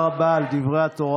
על מנת לתת